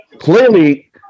clearly